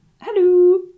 hello